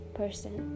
person